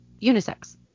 unisex